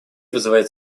вызывает